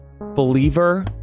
believer